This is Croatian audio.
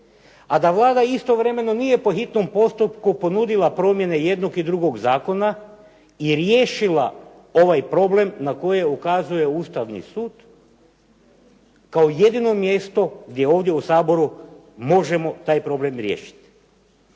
a da Vlada istovremeno nije po hitnom postupku ponudila promjene jednog i drugog zakona i riješila ovaj problem na koje ukazuje Ustavni sud kao jedino mjesto gdje ovdje u Saboru možemo taj problem riješiti.